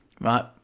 Right